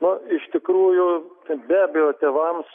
na iš tikrųjų be abejo tėvams